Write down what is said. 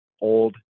old